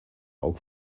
ook